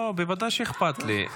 לא, בוודאי שאכפת לי.